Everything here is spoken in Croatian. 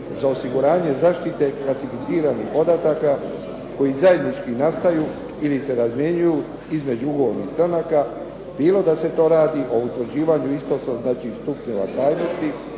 za osiguranje zaštite klasificiranih podataka koji zajednički nastaju ili se razmjenjuju između ugovornih stranaka bilo da se to radi o utvrđivanju stupnjeva tajnosti,